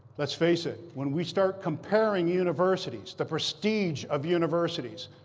let's face it. when we start comparing universities, the prestige of universities,